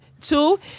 Two